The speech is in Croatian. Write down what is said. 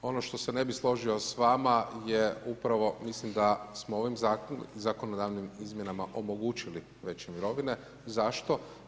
Ono što se ne bih složio s vama je upravo, mislim da smo ovim zakonodavnim izmjenama omogućili veće mirovine, zašto?